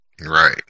Right